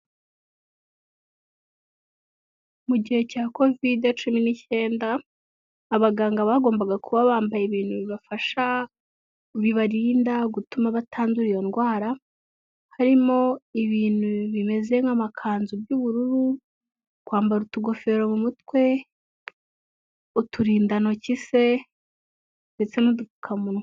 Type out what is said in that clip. Mu gihe cya covide cumi n'icyenda, abaganga bagombaga kuba bambaye ibintu bibafasha bibarinda gutuma batandura iyo ndwara, harimo ibintu bimeze nk'amakanzu y'ubururu, kwambara utugofero mu mutwe, uturindantoki se, ndetse n'udupfukamunwa.